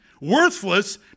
worthless